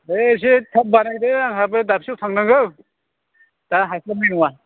दे एसे थाब बानायदो आंहाबो दाबसेआव थांनांगौ दा हास्लाबनाय नङा